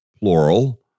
plural